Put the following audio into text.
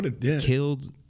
killed